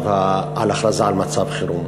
הכרזה על מצב חירום.